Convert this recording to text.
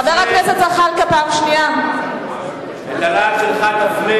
חבר הכנסת זחאלקה, את הלהט שלך אני